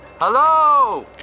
Hello